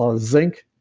ah zinc,